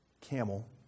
camel